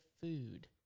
food